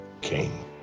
King